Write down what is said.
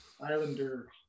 islander